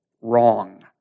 wrong